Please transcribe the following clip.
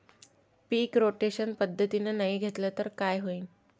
पीक rotation पद्धतीनं नाही घेतलं तर काय होईन?